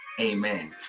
amen